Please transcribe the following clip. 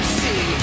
see